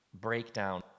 breakdown